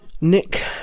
Nick